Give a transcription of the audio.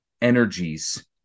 energies